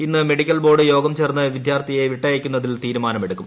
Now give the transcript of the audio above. ഇന്ന് medical board യോഗം ചേർന്ന് വിദ്യാർത്ഥിയെ വിട്ടയയ്ക്കുന്നതിൽ തീരുമാനമെടുക്കും